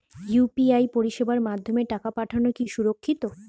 UPI পরিষেবার মাধ্যমে টাকা পাঠানো কি সুরক্ষিত?